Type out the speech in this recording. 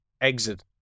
Exit